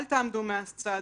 אל תעמדו מהצד.